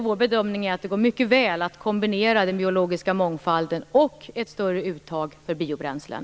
Vår bedömning är att det går mycket väl att kombinera den biologiska mångfalden med ett större uttag för biobränslen.